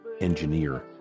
engineer